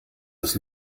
das